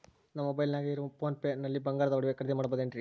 ನಮ್ಮ ಮೊಬೈಲಿನಾಗ ಇರುವ ಪೋನ್ ಪೇ ನಲ್ಲಿ ಬಂಗಾರದ ಒಡವೆ ಖರೇದಿ ಮಾಡಬಹುದೇನ್ರಿ?